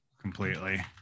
completely